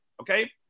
okay